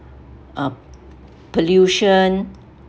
uh pollution